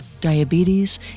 diabetes